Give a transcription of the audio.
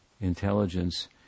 intelligence